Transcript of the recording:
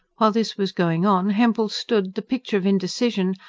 while this was going on hempel stood, the picture of indecision,